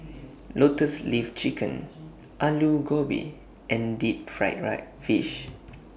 Lotus Leaf Chicken Aloo Gobi and Deep Fried Fish